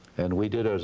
and we did,